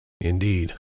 indeed